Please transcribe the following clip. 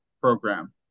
program